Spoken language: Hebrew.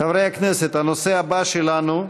חברי הכנסת, הנושא הבא שלנו: